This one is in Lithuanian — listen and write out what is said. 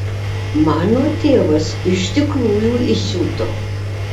mano tėvas iš tikrųjų įsiuto